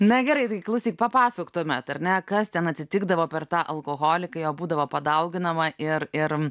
na gerai tai klausyk papasakok tuomet ar ne kas ten atsitikdavo per tą alkoholikai jo būdavo padauginama ir ir